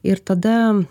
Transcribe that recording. ir tada